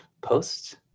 posts